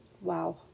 Wow